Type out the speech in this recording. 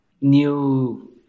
new